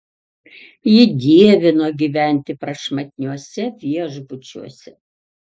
ji dievino gyventi prašmatniuose viešbučiuose